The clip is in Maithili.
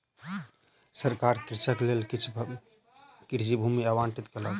सरकार कृषकक लेल किछ कृषि भूमि आवंटित केलक